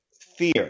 fear